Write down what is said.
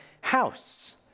house